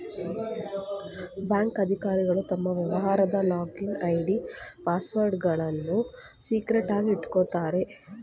bank ಅಧಿಕಾರಿಗಳು ತಮ್ಮ ವ್ಯವಹಾರದ ಲಾಗಿನ್ ಐ.ಡಿ, ಪಾಸ್ವರ್ಡ್ಗಳನ್ನು ಸೀಕ್ರೆಟ್ ಆಗಿ ಇಟ್ಕೋತಾರೆ